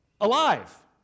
alive